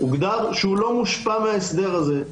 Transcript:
הוגדר שהוא לא מושפע מההסדר הזה.